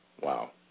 Wow